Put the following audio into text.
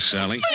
Sally